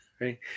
right